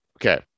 okay